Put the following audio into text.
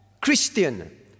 Christian